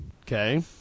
Okay